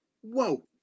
Whoa